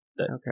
Okay